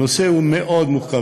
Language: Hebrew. הנושא הוא מאוד מורכב.